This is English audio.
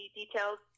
details